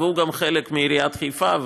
והוא גם חלק מעיריית חיפה,